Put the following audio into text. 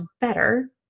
better